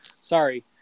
sorry